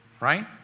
Right